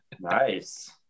Nice